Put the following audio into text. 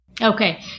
Okay